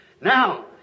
Now